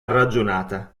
ragionata